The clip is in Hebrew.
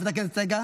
רק לקצר.